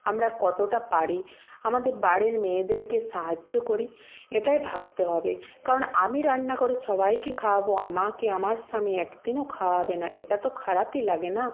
আমরা কতোটা পারি আমাদের বাড়ির মেয়েদেরকে সাহায্য করি এটাই ভাবতে হবে কারণ আমি রান্না করে সবাইকে খাওয়াবো আমাকে আমার স্বামী এক দিনও খাওয়াবে না এটা তো খারাপই লাগে না